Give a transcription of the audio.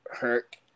Hurt